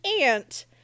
aunt